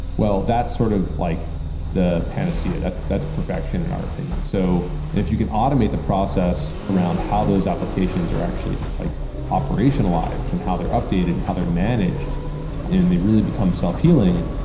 well, that's sort of like the panacea. that's that's perfection in our opinion. so if you could automate the process around how those applications are actually like operationalized and how they're updated and how they're managed and they really become self-healing,